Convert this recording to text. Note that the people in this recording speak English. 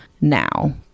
now